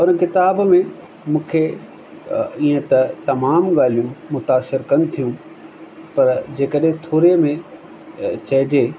पर किताब में मुखे ईअं त तमाम ॻाल्हियूं मुतासिर कनि थियूं पर जंहिं कॾहिं थोरे में चइजे